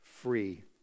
free